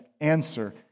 Answer